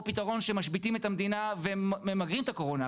פתרון שמשביתים את המדינה וממגרים את הקורונה.